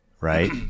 Right